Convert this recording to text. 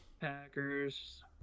Packers